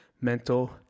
mental